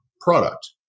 product